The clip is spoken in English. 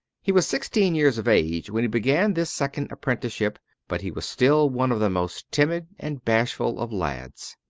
he was sixteen years of age when he began this second apprenticeship but he was still one of the most timid and bashful of lads.